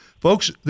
Folks